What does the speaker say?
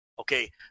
Okay